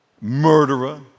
murderer